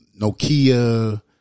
Nokia